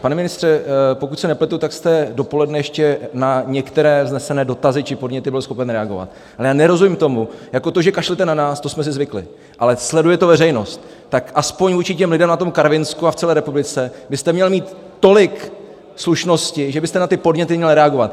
Pane ministře, pokud se nepletu, tak jste dopoledne ještě na některé vznesené dotazy či podněty byl schopen reagovat, ale já nerozumím tomu jako to, že kašlete na nás, to jsme si zvykli, ale sleduje to veřejnost, tak aspoň vůči těm lidem na Karvinsku a v celé republice byste měl mít tolik slušnosti, že byste na ty podněty měl reagovat.